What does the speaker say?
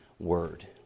Word